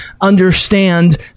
understand